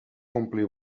ompli